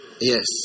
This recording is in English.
yes